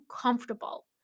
comfortable